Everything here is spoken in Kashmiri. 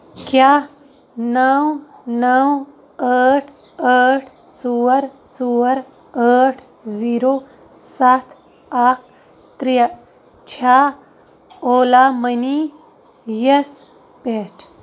کیٛاہ نو نو ٲٹھ ٲٹھ ژور ژور ٲٹھ زیٖرو سَتھ اکھ ترٛےٚ چھا اولا مٔنی یَس پیٚٹھ؟